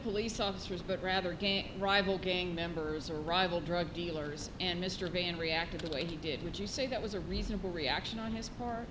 police officers but rather gang rival gang members or rival drug dealers and mr van reacted the way he did would you say that was a reasonable reaction on his part